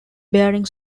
bearing